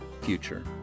future